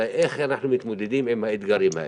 אלא איך אנחנו מתמודדים עם האתגרים האלה,